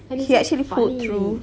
he actually pulled through